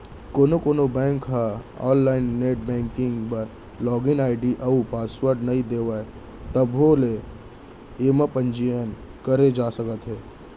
कोनो कोनो बेंक ह आनलाइन नेट बेंकिंग बर लागिन आईडी अउ पासवर्ड नइ देवय तभो ले एमा पंजीयन करे जा सकत हे